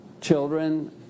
children